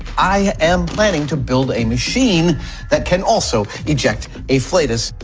i am planning to build a machine that can also eject a flatus.